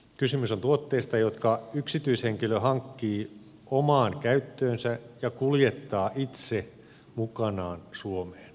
kysymys on tuotteista jotka yksityishenkilö hankkii omaan käyttöönsä ja kuljettaa itse mukanaan suomeen